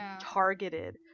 targeted